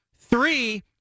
Three